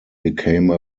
became